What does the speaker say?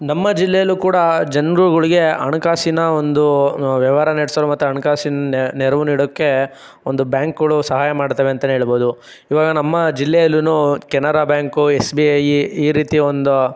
ನಮ್ಮ ಜಿಲ್ಲೆಯಲ್ಲೂ ಕೂಡ ಜನರುಗಳಿಗೆ ಹಣಕಾಸಿನ ಒಂದು ವ್ಯವಹಾರ ನಡೆಸಲು ಮತ್ತೆ ಹಣಕಾಸಿನ ನೆರವು ನೀಡೋಕ್ಕೆ ಒಂದು ಬ್ಯಾಂಕ್ಗಳು ಸಹಾಯ ಮಾಡುತ್ತವೆ ಅಂತಲೇ ಹೇಳ್ಬೋದು ಇವಾಗ ನಮ್ಮ ಜಿಲ್ಲೆಯಲ್ಲೂ Canara bank S B I ಈ ರೀತಿಯ ಒಂದು